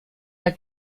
der